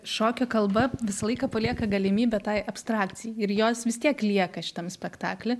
šokio kalba visą laiką palieka galimybę tai abstrakcijai ir jos vis tiek lieka šitam spektakly